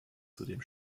zudem